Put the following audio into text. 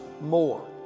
more